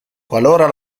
qualora